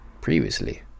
previously